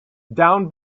down